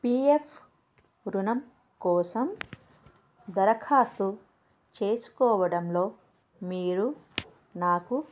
P F రుణం కోసం దరఖాస్తు చేసుకోవడంలో మీరు నాకు